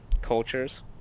cultures